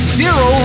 zero